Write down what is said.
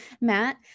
Matt